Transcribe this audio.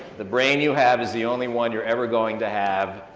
the brain you have is the only one you're ever going to have,